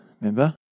remember